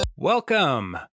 Welcome